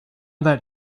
that